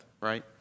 right